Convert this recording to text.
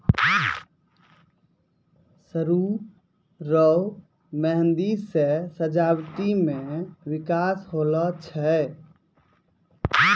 सरु रो मेंहदी से सजावटी मे बिकास होलो छै